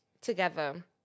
together